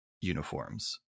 uniforms